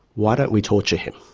why don't we torture him?